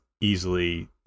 easily